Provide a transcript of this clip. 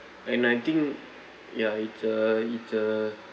and I think ya it's a it's a